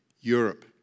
Europe